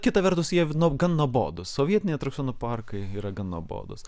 kita vertus jie nu gan nuobodūs sovietiniai atrakcionų parkai yra gan nuobodūs